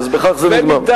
זהו, אז בכך זה נגמר.